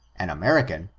an american,